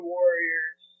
Warriors